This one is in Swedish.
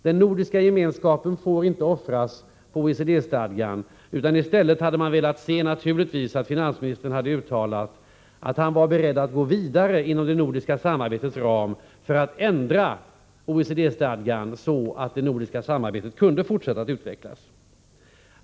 Den nordiska gemenskapen får inte offras på OECD-stadgan, utan i stället hade man naturligtvis velat se att finansministern hade uttalat att han var beredd att gå vidare inom det nordiska samarbetets ram för att ändra OECD-stadgan, så att det nordiska samarbetet kan fortsätta att utvecklas.